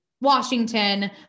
Washington